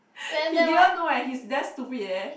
he didn't know eh he's damn stupid eh